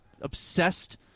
obsessed